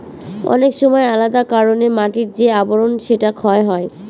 অনেক সময় আলাদা কারনে মাটির যে আবরন সেটা ক্ষয় হয়